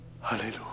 Hallelujah